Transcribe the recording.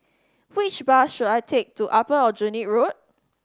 which bus should I take to Upper Aljunied Road